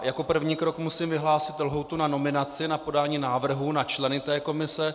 Jako první krok musím vyhlásit lhůtu na nominaci na podání návrhu na členy komise.